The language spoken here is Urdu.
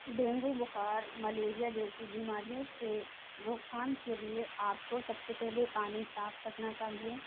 ڈینگو بخار ملیریا جیسی بیماریوں سے روک تھام کے لیے آپ کو سب سے پہلے پانی صاف رکھنا چاہیے